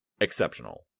exceptional